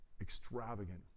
Extravagant